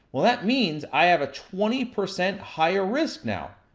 well that means, i have a twenty percent higher risk now.